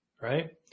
right